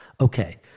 okay